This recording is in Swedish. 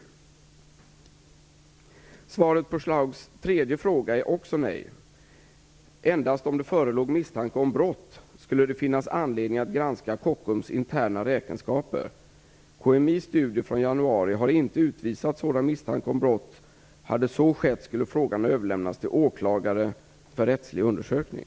Svaret på Schlaugs tredje fråga är också nej. Endast om det förelåg misstanke om brott skulle det finnas anledning att granska Kockums interna räkenskaper. KMI:s studie från januari har inte utvisat sådan misstanke om brott. Hade så skett skulle frågan ha överlämnats till åklagare för rättslig undersökning.